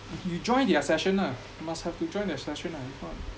you join the accession lah you must have to join the accession lah if not